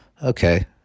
Okay